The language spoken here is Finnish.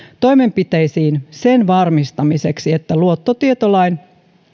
toimenpiteisiin sen varmistamiseksi että luottotietolain